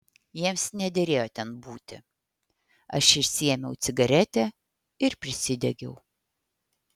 jiems nederėjo ten būti aš išsiėmiau cigaretę ir prisidegiau